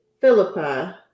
Philippi